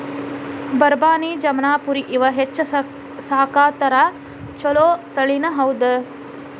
ಬರಬಾನಿ, ಜಮನಾಪುರಿ ಇವ ಹೆಚ್ಚ ಸಾಕತಾರ ಚುಲೊ ತಳಿನಿ ಹೌದ